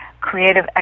creative